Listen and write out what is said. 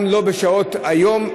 לא בשעות היום,